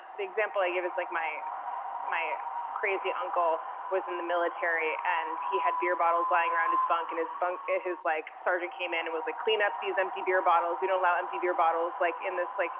the example i give is like my my crazy uncle was in the military and he had beer bottles lying around his bunk, in his bunk, and his, like, sergeant came in and was like clean up these empty beer bottles, we don't allow empty beer bottles, like, in this, like,